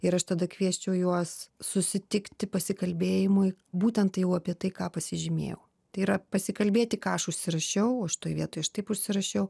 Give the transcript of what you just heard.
ir aš tada kviesčiau juos susitikti pasikalbėjimui būtent jau apie tai ką pasižymėjau tai yra pasikalbėti ką aš užsirašiau aš toj vietoj aš taip užsirašiau